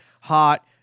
hot